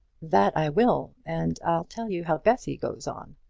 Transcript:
that i will, and i'll tell you how bessy goes on.